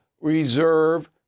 reserve